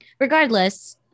regardless